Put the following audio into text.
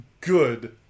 Good